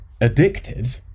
addicted